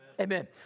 Amen